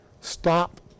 stop